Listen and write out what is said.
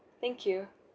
thank you